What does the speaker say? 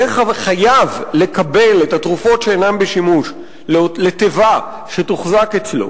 יהיה חייב לקבל את התרופות שאינן בשימוש לתיבה שתוחזק אצלו,